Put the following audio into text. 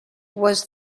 was